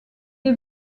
est